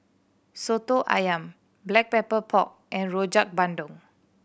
Soto Ayam Black Pepper Pork and Rojak Bandung